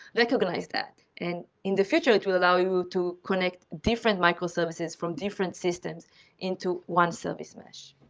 recognize that and in the future, it will allow you to connect different microservices from different systems into one service mesh.